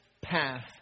path